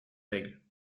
règles